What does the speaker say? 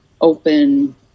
open